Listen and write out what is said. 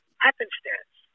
happenstance